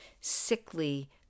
sickly